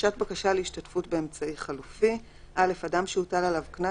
בקשה להשתתפות באמצעי חלופי אדם שהוטל עליו קנס,